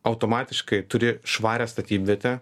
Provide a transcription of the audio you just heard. automatiškai turi švarią statybvietę